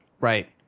Right